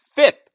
fifth